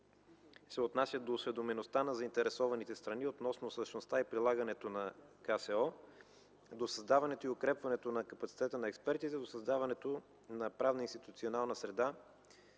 се отнасят до осведомеността на заинтересованите страни относно същността и прилагането на корпоративна социална отговорност, до създаването и укрепването на капацитета на експертите, до създаването на правна институционална среда.